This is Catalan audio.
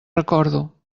recordo